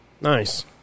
Nice